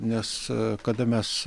nes kada mes